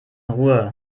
ruhe